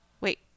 Wait